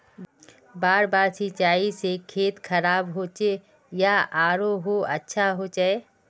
बार बार सिंचाई से खेत खराब होचे या आरोहो अच्छा होचए?